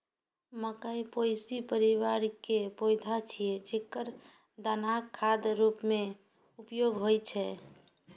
मकइ पोएसी परिवार के पौधा छियै, जेकर दानाक खाद्य रूप मे उपयोग होइ छै